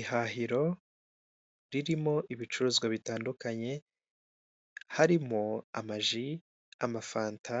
Ihahiro ririmo ibicuruzwa bitandukanye harimo, amaji, amafanta,